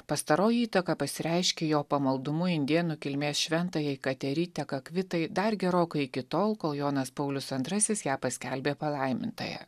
pastaroji įtaka pasireiškė jo pamaldumu indėnų kilmės šventajai kateritekakvitai dar gerokai iki tol kol jonas paulius antrasis ją paskelbė palaimintąja